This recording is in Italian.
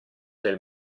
del